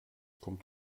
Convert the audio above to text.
kommt